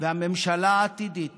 והממשלה העתידית